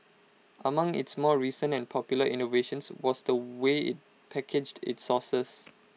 among its more recent and popular innovations was the way IT packaged its sauces